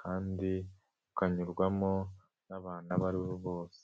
kandi ukanyurwamo n'abantu abo aribo bose.